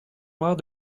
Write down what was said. noire